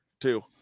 two